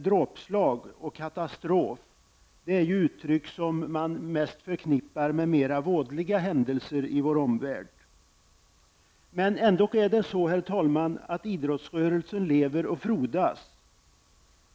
''Dråpslag'' och ''katastrof'' är uttryck som man förknippar med mer vådliga händelser i vår omvärld. Ändock lever och frodas idrottsrörelsen.